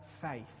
faith